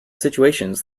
situations